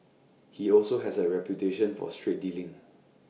he also has A reputation for straight dealing